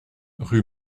rue